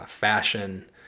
fashion